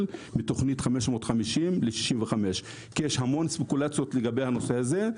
בתוכנית 550 לכביש 65. יש המון ספקולציות לגבי הנושא הזה,